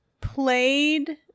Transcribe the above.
played